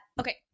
Okay